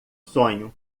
sonho